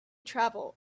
travel